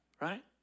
Right